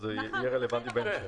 אבל זה יהיה רלוונטי בהמשך.